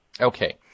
Okay